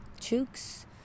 Chooks